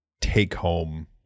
take-home